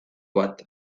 bat